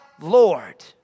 Lord